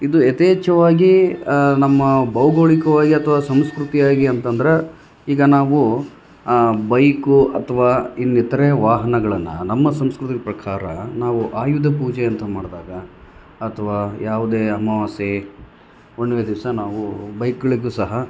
ಇದು ಯಥೇಚ್ಛವಾಗಿ ನಮ್ಮ ಭೌಗೋಳಿಕವಾಗಿ ಅಥವಾ ಸಂಸ್ಕೃತಿಯಾಗಿ ಅಂತಂದ್ರೆ ಈಗ ನಾವು ಬೈಕು ಅಥವಾ ಇನ್ನಿತರೆ ವಾಹನಗಳನ್ನು ನಮ್ಮ ಸಂಸ್ಕೃತಿಗೆ ಪ್ರಕಾರ ನಾವು ಆಯುಧ ಪೂಜೆ ಅಂತ ಮಾಡಿದಾಗ ಅಥವಾ ಯಾವುದೇ ಅಮವಾಸ್ಯೆ ಹುಣ್ಮೆ ದಿವಸ ನಾವು ಬೈಕ್ಗಳಿಗೂ ಸಹ